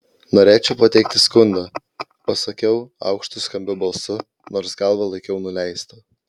norėčiau pateikti skundą pasakiau aukštu skambiu balsu nors galvą laikiau nuleistą